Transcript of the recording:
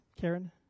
Karen